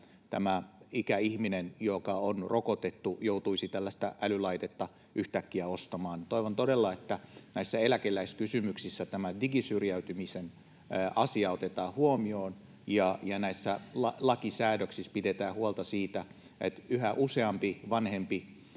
että tämä ikäihminen, joka on rokotettu, ei joutuisi tällaista älylaitetta yhtäkkiä ostamaan. Toivon todella, että näissä eläkeläiskysymyksissä tämä digisyrjäytymisen asia otetaan huomioon ja lainsäädännössä pidetään huolta siitä, että yhä useampi vanhempi